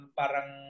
parang